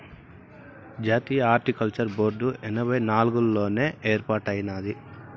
జాతీయ horticulture board ఎనభై నాలుగుల్లోనే ఏర్పాటైనాది